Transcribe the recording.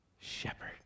shepherd